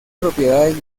propiedades